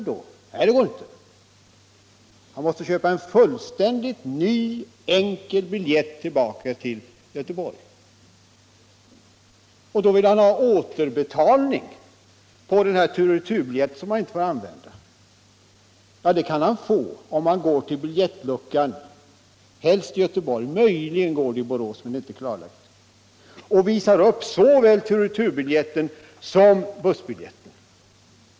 Men det går inte — han måste köpa en fullständigt ny enkel biljett tillbaka till Göteborg. Då vill han ha återbetalning på den turoch returbiljett han inte får använda. Ja, det kan han få om han går till biljettluckan — helst i Göteborg; möjligen kan han göra det i Borås, men det är inte klarlagt — och visar upp såväl tur och retur-biljetten som bussbiljetten.